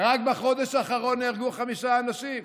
רק בחודש האחרון נהרגו חמישה אנשים.